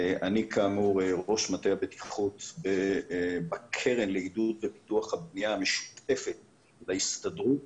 אני כאמור ראש מטה הבטיחות בקרן לעידוד ופיתוח הבנייה המשותפת להסתדרות